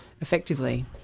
effectively